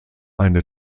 eine